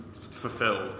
fulfilled